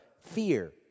fear